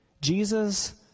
Jesus